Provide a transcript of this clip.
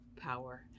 power